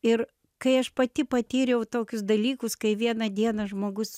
ir kai aš pati patyriau tokius dalykus kai vieną dieną žmogus